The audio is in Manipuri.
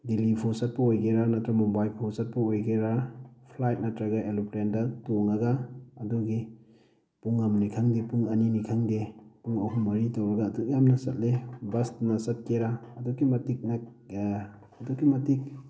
ꯗꯤꯜꯂꯤꯐꯥꯎ ꯆꯠꯄ ꯑꯣꯏꯒꯦꯔꯥ ꯅꯠꯇ꯭ꯔꯒ ꯃꯨꯝꯕꯥꯏꯐꯥꯎ ꯆꯠꯄ ꯑꯣꯏꯒꯦꯔꯥ ꯐ꯭ꯂꯥꯠ ꯅꯠꯇ꯭ꯔꯒ ꯑꯦꯔꯣꯄ꯭ꯂꯦꯟꯗ ꯇꯣꯡꯉꯒ ꯑꯗꯨꯒꯤ ꯄꯨꯡ ꯑꯃꯅꯤ ꯈꯪꯗꯦ ꯄꯨꯡ ꯑꯅꯤꯅꯤ ꯈꯪꯗꯦ ꯄꯨꯡ ꯑꯍꯨꯝ ꯃꯔꯤ ꯇꯧꯔꯒ ꯑꯗꯨꯛ ꯌꯥꯝꯅ ꯆꯠꯂꯦ ꯕꯁꯅ ꯆꯠꯀꯦꯔꯥ ꯑꯗꯨꯛꯀꯤ ꯃꯇꯤꯛ ꯅꯛ ꯑꯗꯨꯛꯀꯤ ꯃꯇꯤꯛ